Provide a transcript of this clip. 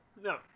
No